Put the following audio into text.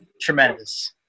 tremendous